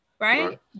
Right